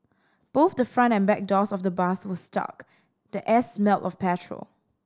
both the front and back doors of the bus were stuck the air smelled of petrol